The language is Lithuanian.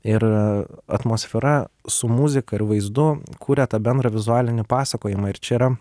ir atmosfera su muzika ir vaizdu kuria tą bendrą vizualinį pasakojimą ir čia yra